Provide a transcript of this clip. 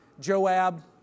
Joab